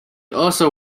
also